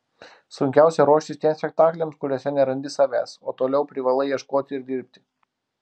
sunkiausia ruoštis tiems spektakliams kuriuose nerandi savęs o toliau privalai ieškoti ir dirbti